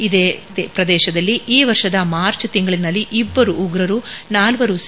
ಇದೇ ಪ್ರದೇಶದಲ್ಲಿ ಈ ವರ್ಷದ ಮಾಚ ತಿಂಗಳಿನಲ್ಲಿ ಇಬ್ಬರು ಉಗ್ರರು ನಾಲ್ವರು ಸಿ